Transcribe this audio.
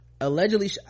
allegedly